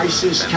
Isis